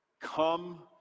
Come